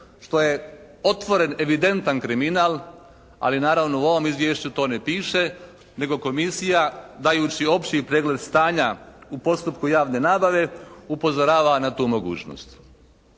što je otvoren, evidentan kriminal ali naravno u ovom izvješću to ne piše nego komisija dajući opći pregled stanja u postupku javne nabave upozorava na tu mogućnost.